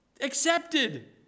accepted